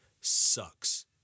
sucks